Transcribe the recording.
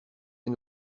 end